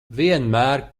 vienmēr